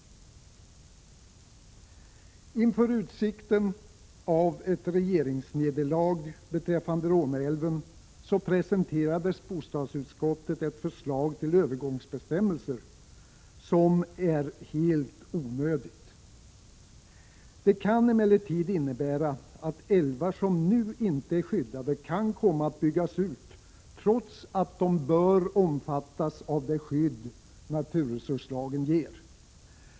Inför utsikten av ett regeringsnederlag beträffande Råneälven presenterade bostadsutskottet ett förslag till övergångsbestämmelser som är helt onödigt. Det kan emellertid innebära att älvar som nu inte är skyddade kan komma att byggas ut trots att de bör omfattas av det skydd naturresurslagen ger.